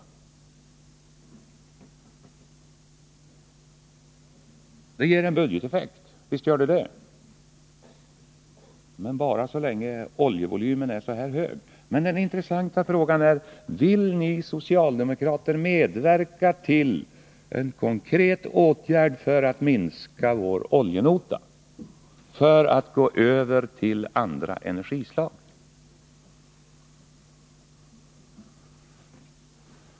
Förslaget ger en budgeteffekt, säger Olof Palme. Visst gör förslaget det, men bara så länge oljevolymen är så här hög. Men den intressanta frågan är: Vill ni socialdemokrater medverka till en konkret åtgärd för att vi skall minska vår oljenota och gå över till andra energislag?